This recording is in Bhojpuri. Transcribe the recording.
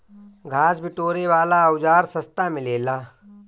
घास बिटोरे वाला औज़ार सस्ता मिलेला